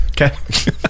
Okay